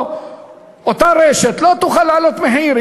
אותה רשת לא תוכל להעלות מחיר,